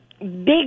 Big